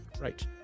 Right